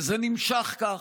וזה נמשך כך,